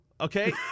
Okay